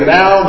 Now